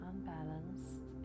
unbalanced